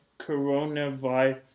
coronavirus